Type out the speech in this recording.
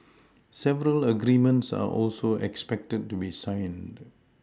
several agreements are also expected to be signed